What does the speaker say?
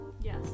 Yes